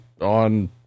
on